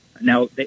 Now